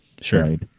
Sure